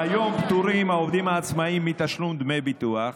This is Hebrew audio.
כיום פטורים העובדים העצמאים מתשלום דמי ביטוח